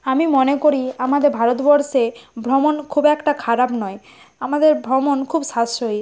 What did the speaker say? আমি মনে করি আমাদের ভারতবর্ষে ভ্রমণ খুব একটা খারাপ নয় আমাদের ভ্রমণ খুব সাশ্রয়ী